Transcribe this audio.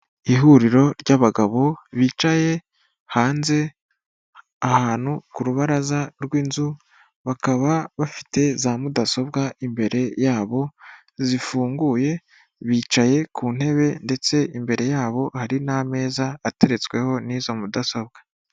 Ihuriro ry'abagabo bicaye hanze ahantu ku rubaraza rw'inzu, bakaba bafite za mudasobwa imbere yabo zifunguye, bicaye ku ntebe ndetse imbere yabo hari n'ameza ateretsweho n'izo mudasobwa.